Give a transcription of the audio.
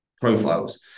profiles